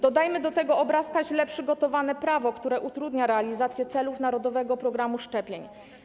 Dodajmy do tego obrazka źle przygotowane prawo, które utrudnia realizację celów narodowego programu szczepień.